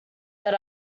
that